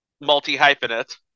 multi-hyphenate